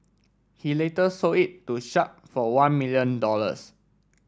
he later sold it to Sharp for one million dollars